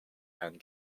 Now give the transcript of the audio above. and